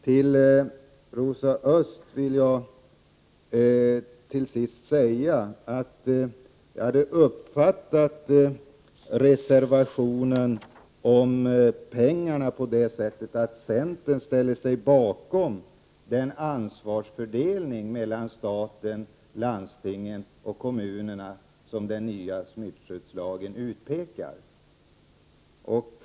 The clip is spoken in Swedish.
Till Rosa Östh vill jag till sist säga att jag har uppfattat reservationen om pengar på det sättet att centern ställer sig bakom den fördelning av ansvaret mellan stat, landsting och kommuner som den nya smittskyddslagen utpekar.